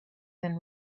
than